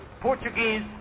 Portuguese